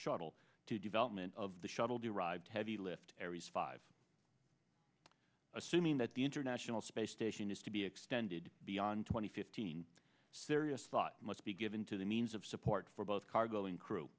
shuttle to development of the shuttle derived heavy lift aries five assuming that the international space station is to be extended beyond twenty fifteen serious thought must be given to the means of support for both cargo and crew